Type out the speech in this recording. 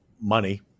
money